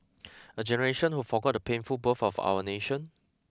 a generation who forgot the painful birth of our nation